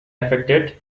affected